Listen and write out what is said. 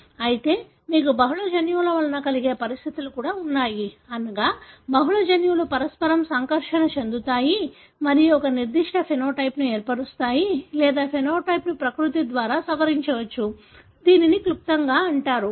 అయితే మీకు బహుళ జన్యువుల వలన కలిగే పరిస్థితులు కూడా ఉన్నాయి అనగా బహుళ జన్యువులు పరస్పరం సంకర్షణ చెందుతాయి మరియు ఒక నిర్దిష్ట ఫెనోటైప్ ను ఏర్పరుస్తాయి లేదా ఫెనోటైప్ ని ప్రకృతి ద్వారా సవరించవచ్చు దీనిని క్లుప్తంగా అంటారు